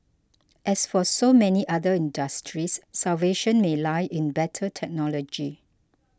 as for so many other industries salvation may lie in better technology